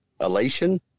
elation